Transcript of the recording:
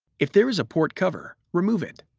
if there is a port cover, remove it.